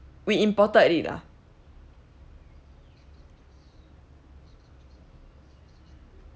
we imported it lah